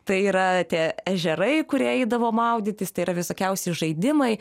tai yra tie ežerai kurie eidavo maudytis tai yra visokiausi žaidimai